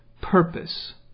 purpose